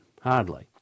Hardly